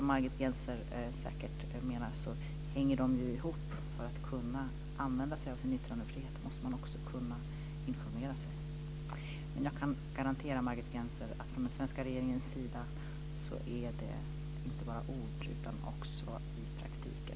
De hänger ihop, precis som säkert också Margit Gennser menar. För att kunna använda sig av sin yttrandefrihet måste man också kunna informera sig. Jag kan garantera Margit Gennser att det inte bara är ord från den svenska regeringens sida, utan också i praktiken mycket aktiv handling.